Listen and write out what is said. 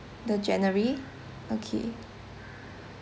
the january okay